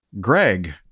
greg